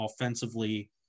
offensively